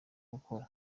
ndakora